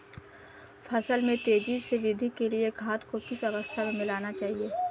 फसल में तेज़ी से वृद्धि के लिए खाद को किस अवस्था में मिलाना चाहिए?